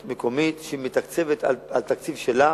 זה עניין של רשות מקומית, שמתקצבת בתקציב שלה.